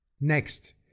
Next